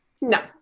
no